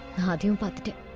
nadu but